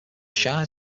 shire